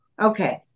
Okay